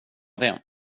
det